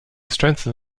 strengthen